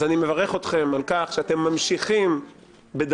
אז אני מברך אתכם על כך שאתם ממשיכים בדרככם,